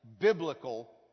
biblical